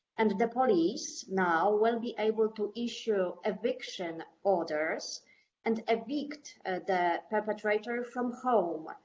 and the police now will be able to issue eviction orders and evict the perpetrator from home.